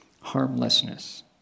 harmlessness